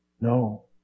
No